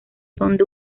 dónde